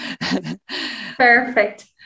Perfect